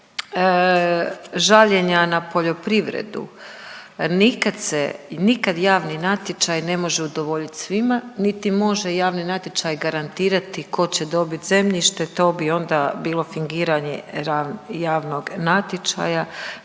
žaljenja na poljoprivredu nikad se, nikad javni natječaj može udovoljit svima niti može javni natječaj garantirati tko će dobit zemljište to bi onda bilo fingiranje javnog natječaja.